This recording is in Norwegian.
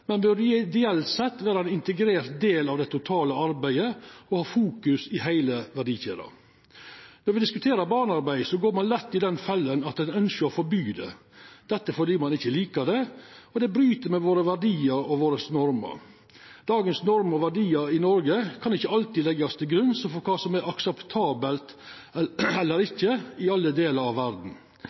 men bør ideelt sett vera ein integrert del av det totale arbeidet og ha fokus i heile verdikjeda. Når me diskuterer barnearbeid, går ein lett i den fella at ein ønskjer å forby det – fordi ein ikkje liker det, og fordi det bryt med verdiane og normene våre. Dagens normer og verdiar i Noreg kan ikkje alltid leggjast til grunn for kva som er akseptabelt eller ikkje i alle delar av verda.